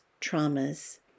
traumas